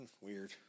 weird